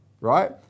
right